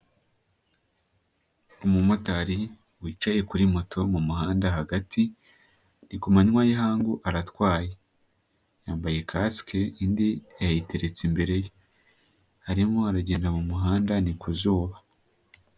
Umu motari wicaye kuri moto mu muhanda hagati. Ni ku manywa y'ihangu aratwaye, yambaye kasike indi yayiteretse imbere ye arimo aragenda mu muhanda ni kuzuba.